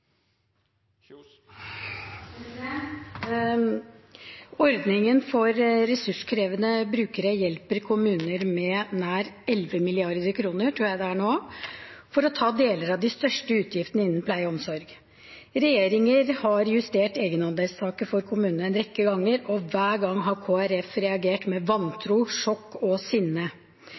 Ordningen for ressurskrevende brukere hjelper kommunene med nær 11 mrd. kr, tror jeg det er nå, for å ta deler av de største utgiftene innen pleie og omsorg. Regjeringer har justert egenandelstaket for kommunene en rekke ganger, og hver gang har Kristelig Folkeparti reagert med vantro, sjokk og sinne.